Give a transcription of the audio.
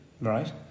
right